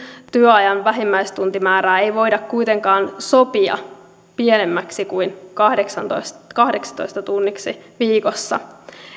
työajan vähimmäistuntimäärää ei voida kuitenkaan sopia pienemmäksi kuin kahdeksitoista tunniksi viikossa